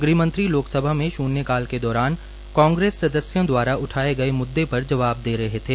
गृहमंत्री लोकसभा में शून्यकाल के दौरान कांग्रेस सदस्यों द्वारा उठाये गये मुद्दे पर जवाब दे रहे थे